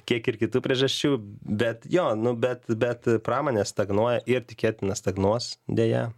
kiek ir kitų priežasčių bet jo nu bet bet pramonė stagnuoja ir tikėtina stagnuos dėja